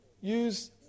use